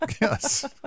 yes